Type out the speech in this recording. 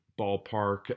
ballpark